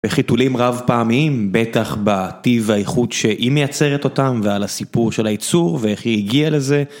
וחיתולים רב פעמים, בטח בטיב האיכות שהיא מייצרת אותם ועל הסיפור של היצור ואיך היא הגיעה לזה.